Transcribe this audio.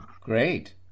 great